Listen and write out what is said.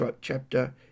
chapter